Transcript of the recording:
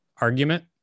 argument